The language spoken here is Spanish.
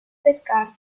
pescar